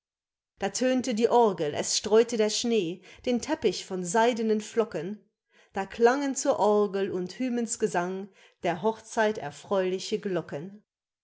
da tönte die orgel es streute der schnee den teppich von seidenen flocken da klangen zur orgel und hymens gesang der hochzeit erfreuliche glocken